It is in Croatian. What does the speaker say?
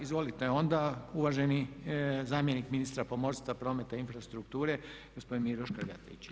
Izvolite onda, uvaženi zamjenik ministra pomorstva, prometa i infrastrukture gospodin Miro Škrgatić.